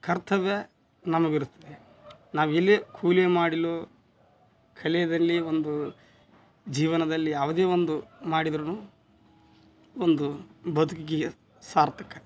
ಕರ್ತವ್ಯ ನಮಗಿರುತ್ತೆ ನಾವು ಇಲ್ಲಿ ಕೂಲಿ ಮಾಡಲು ಕಲೆಯದಲ್ಲಿ ಒಂದು ಜೀವನದಲ್ಲಿ ಯಾವುದೇ ಒಂದು ಮಾಡಿದರೂನು ಒಂದು ಬದುಕಿಗೆ ಸಾರ್ಥಕ